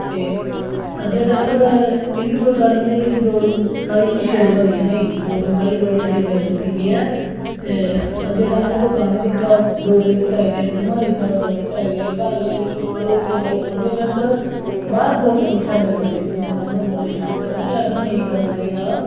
ते अज्जै दे टाईम पर एह्बी कोई गल्ल निं ऐ कि डोगरी साढ़ी पिच्छें र'वै दी ऐ नेईं डोगरी साढ़ी बड़ी अग्गें जाई चुक्की दी ऐ अज्जै दे टाईम पर तुस दिक्खो गाने डोगरी च आई गेदे फिल्मां दिक्खो डोगरी च आई गेदे घर घर बिच डोगरी ते सारे बोलदे गै न पर बाह्र बोलने गी शर्म करदे कुसै दे सामनै बोलने गी शर्म करदे ते ऐसा नेईं करना चाहिदा